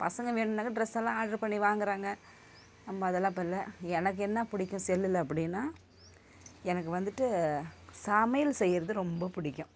பசங்கள் வேணுன்னாக்கால் ட்ரெஸ்ஸெல்லாம் ஆட்ரு பண்ணி வாங்கிறாங்க நம்ம அதெல்லாம் இப்போ இல்லை எனக்கு என்ன பிடிக்கும் செல்லில் அப்படின்னா எனக்கு வந்துட்டு சமையல் செய்கிறது ரொம்ப பிடிக்கும்